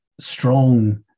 strong